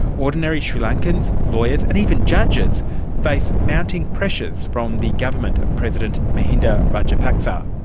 ordinary sri lankans, lawyers and even judges face mounting pressures from the government of president mahinda rajapaksa.